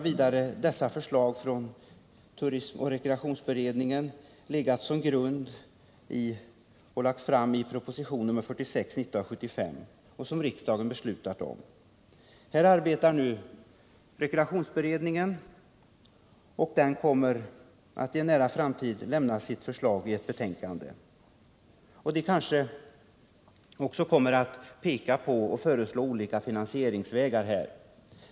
Vidare har förslagen från turismoch rekreationsutredningen legat som grund för propositionen 46 år 1975, vilken riksdagen beslutat om. Här arbetar nu rekreationsberedningen, och den kommer att i en nära framtid lämna sina förslag i ett betänkande. Man kommer kanske också att peka på och föreslå olika finansieringsvägar.